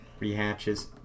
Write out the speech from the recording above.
Rehatches